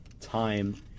time